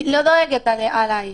היא לא דואגת עליי.